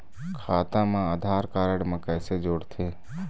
खाता मा आधार कारड मा कैसे जोड़थे?